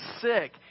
sick